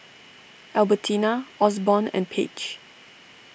Albertina Osborn and Page